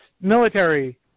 military